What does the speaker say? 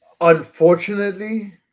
Unfortunately